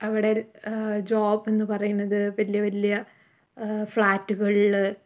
അവിടെ ജോബ് എന്ന് പറയുന്നത് വലിയ വലിയ ഫ്ലാറ്റുകളില്